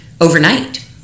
overnight